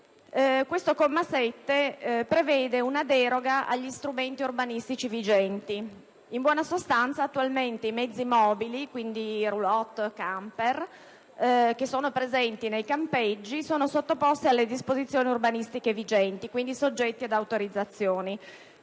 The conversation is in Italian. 3, che prevede una deroga agli strumenti urbanistici vigenti. Attualmente, i mezzi mobili (roulotte e camper) che sono presenti nei campeggi sono sottoposti alle disposizioni urbanistiche vigenti, quindi soggetti ad autorizzazioni.